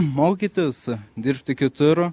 mokytis dirbti kitur